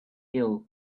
ill